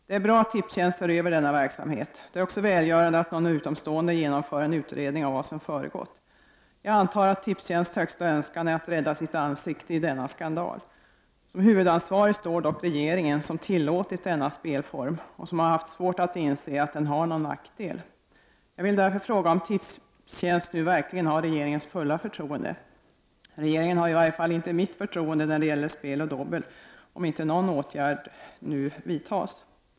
Det är bra att Tipstjänst ser över denna verksamhet, och det är också välgörande att någon utomstående genomför en utredning av vad som föregått. Jag antar att Tipstjänsts högsta önskan är att rädda sitt ansikte i denna skandal. Som huvudansvarig står dock regeringen som tillåtit denna spelform och som har haft svårt att inse att den har någon nackdel. Jag vill därför fråga om Tipstjänst nu verkligen har regeringens fulla förtroende. Regeringen har i varje fall inte mitt förtroende när det gäller spel och dobbel om inte någon åtgärd vidtas nu.